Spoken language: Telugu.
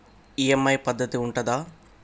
ఈ.ఎమ్.ఐ పద్ధతి ఉంటదా?